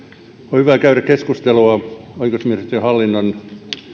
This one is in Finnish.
on hyvä käydä keskustelua oikeusministeriön hallinnon